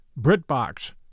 BritBox